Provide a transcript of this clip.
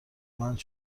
مند